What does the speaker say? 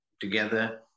together